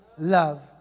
Love